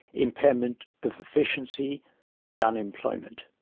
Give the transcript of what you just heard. impairment of efficiency and unemployment.